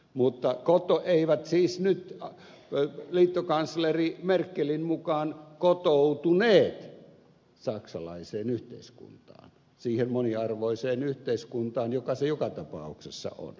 mutta he eivät siis nyt liittokansleri merkelin mukaan kotoutuneet saksalaiseen yhteiskuntaan siihen moniarvoiseen yhteiskuntaan joka se joka tapauksessa on